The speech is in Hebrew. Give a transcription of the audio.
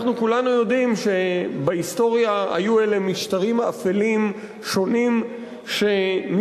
כולנו יודעים שבהיסטוריה היו אלה משטרים אפלים שונים שנסמכו